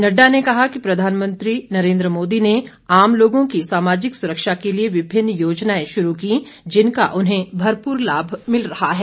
नड़डा ने कहा कि प्रधानमंत्री नरेन्द्र मोदी ने आम लोगों की सामाजिक सुरक्षा के लिए विभिन्न योजनाएं शुरू की जिनका उन्हें भरपूर लाभ मिल रहा है